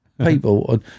People